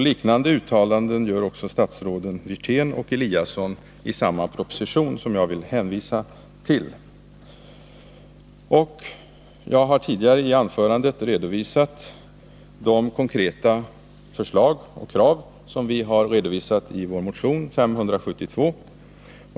Liknande uttalanden gör också statsråden Wirtén och Eliasson i samma proposition, som jag vill hänvisa till. I mitt tidigare anförande har jag redovisat de konkreta förslag och krav som finns i vår motion 572.